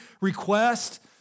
request